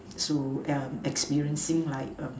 so yeah experiencing like um